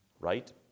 right